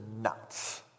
nuts